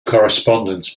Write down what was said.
correspondence